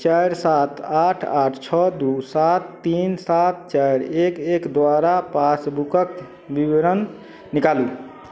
चारि सात आठ आठ छओ दुइ सात तीन सात चारि एक एक द्वारा पासबुकके विवरण निकालू